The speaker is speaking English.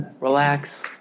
Relax